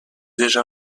déjà